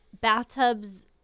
Bathtubs